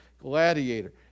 gladiator